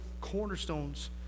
cornerstones